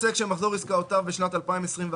"(12)עוסק שמחזור עסקאותיו בשנת 2021,